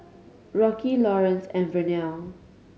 Rocky Laurance and Vernelle